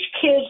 kids